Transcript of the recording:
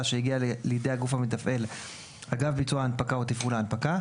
שהגיע לידי הגוף המתפעל אגב ביצוע ההנפקה או תפעול ההנפקה,